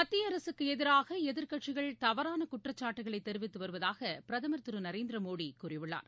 மத்திய அரசுக்கு எதிராக எதிர்க்கட்சிகள் தவறான குற்றச்சாட்டுகளை தெரிவித்து வருவதாக பிரதமர் திரு நரேந்திர மோடி கூறியுள்ளார்